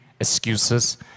excuses